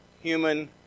human